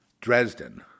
Dresden